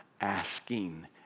asking